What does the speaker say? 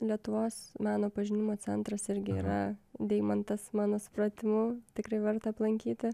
lietuvos meno pažinimo centras irgi yra deimantas mano supratimu tikrai verta aplankyti